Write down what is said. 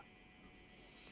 !wah!